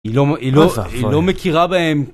היא לא מכירה בהם